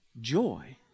joy